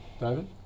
David